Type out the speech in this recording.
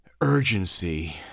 urgency